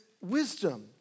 wisdom